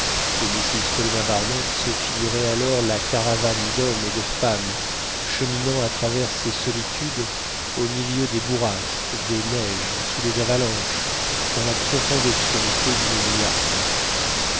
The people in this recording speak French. et mrs paulina barnett se figurait alors la caravane d'hommes et de femmes cheminant à travers ces solitudes au milieu des bourrasques des neiges sous les avalanches dans la profonde obscurité d'une nuit arctique